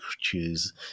choose